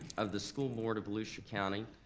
of the school board of volusia county,